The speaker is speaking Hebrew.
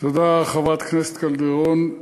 תודה, חברת הכנסת קלדרון.